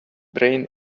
brain